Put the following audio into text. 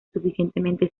suficientemente